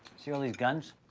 see all these guns?